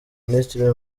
minisitiri